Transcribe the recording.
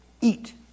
eat